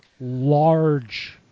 large